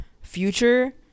future